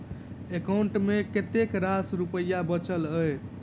account मे कतेक रास रुपया बचल एई